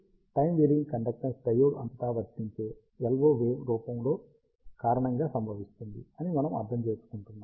కాబట్టి time varying conductance diode అంతటా వర్తించే LO వేవ్ రూపం కారణంగా సంభవిస్తుంది అని మనము అర్థం చేసుకున్నాము